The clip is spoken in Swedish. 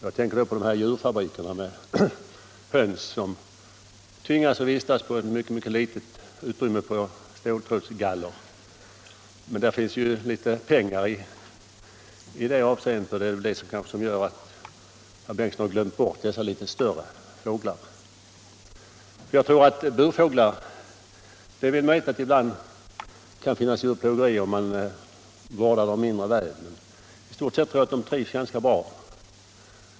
Jag tänker på äggfabrikerna med höns som tvingas att vistas på ett mycket litet utrymme på ståltrådsgaller. Men det gäller ju en del pengar i det avseendet, och det är kanske det som gör att herr Bengtson har glömt bort dessa litet större fåglar. I fråga om burfåglar är det möjligt att det ibland kan förekomma djurplågeri — om de vårdas mindre väl. Men i stort sett tror jag att de trivs ganska bra.